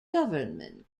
government